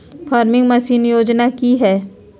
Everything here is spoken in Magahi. फार्मिंग मसीन योजना कि हैय?